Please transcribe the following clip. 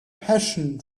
passion